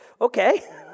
okay